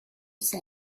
said